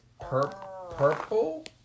purple